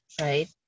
right